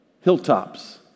Hilltops